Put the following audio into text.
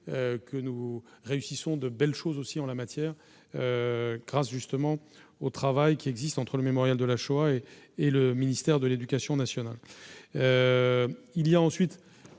que nous réussissons de belles choses aussi en la matière grâce justement au travail qui existe entre le Mémorial de la Shoah et et le ministère de l'Éducation nationale,